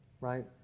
Right